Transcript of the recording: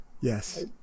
Yes